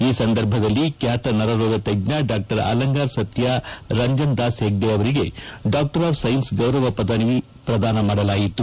ಈ ಸಂದರ್ಭದಲ್ಲಿ ಖ್ಯಾತ ನರರೋಗ ತಜ್ಜ್ಯ ಡಾ ಅಲಂಗಾರ್ ಸತ್ಯ ರಂಜನ್ದಾಸ್ ಹೆಗ್ಡೆ ಅವರಿಗೆ ಡಾಕ್ಷರ್ ಆಫ್ ಸೈನ್ಸ್ ಗೌರವ ಪದವಿ ಪ್ರದಾನ ಮಾಡಲಾಯಿತು